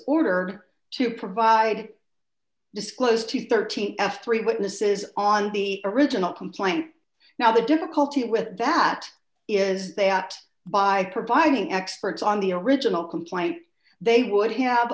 ordered to provide disclose to thirteen f three witnesses on the original complaint now the difficulty with that is that by providing experts on the original complaint they would have